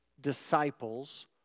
disciples